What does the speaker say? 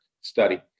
study